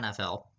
NFL